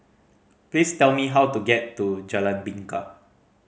please tell me how to get to Jalan Bingka